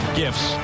gifts